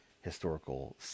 historical